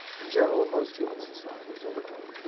in general, in most human societies over time,